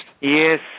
Yes